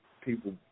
people